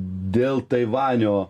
dėl taivanio